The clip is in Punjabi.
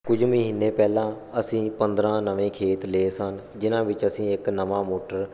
ਕੁਝ ਮਹੀਨੇ ਪਹਿਲਾਂ ਅਸੀਂ ਪੰਦਰ੍ਹਾਂ ਨਵੇਂ ਖੇਤ ਲਏ ਸਨ ਜਿਹਨਾਂ ਵਿੱਚ ਅਸੀਂ ਇੱਕ ਨਵਾਂ ਮੋਟਰ